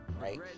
Right